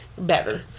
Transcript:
better